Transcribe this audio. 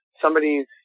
somebody's